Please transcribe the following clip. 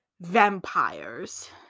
vampires